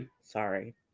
Sorry